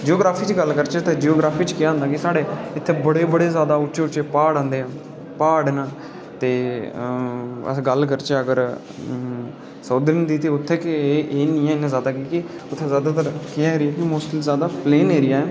geography च गल्ल करचै ते जियोग्रॉफी च केह् होंदा कि साढ़े इत्थै बड़े बड़े जादा उच्चे प्हाड़ आंदे न प्हाड़ न ते अस गल्ल करचै अगर साऊथर्न दी ते उत्थै एह् निं हैन जादै ते उत्थै मोस्टली जादा प्लेन एरिया ऐ